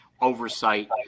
oversight